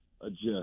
Adjust